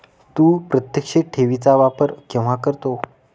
तू प्रत्यक्ष ठेवी चा वापर केव्हा करतो?